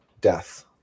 death